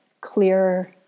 clearer